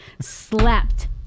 slapped